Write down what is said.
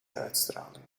uitstraling